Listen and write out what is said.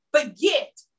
forget